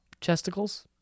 chesticles